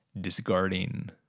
discarding